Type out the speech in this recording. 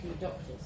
doctors